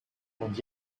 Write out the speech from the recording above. und